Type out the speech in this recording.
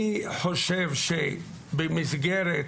אני חושב שבמסגרת